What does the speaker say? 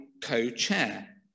co-chair